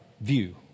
view